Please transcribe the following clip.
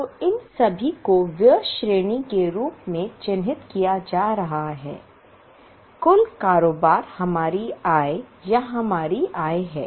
तो इन सभी को व्यय श्रेणी के रूप में चिह्नित किया जा रहा है कुल कारोबार हमारी आय या हमारी आय है